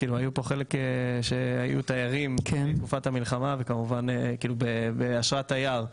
היו חלק שהיו תיירים לפני המלחמה באשרת תייר,